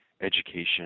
education